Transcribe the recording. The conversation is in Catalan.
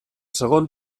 segon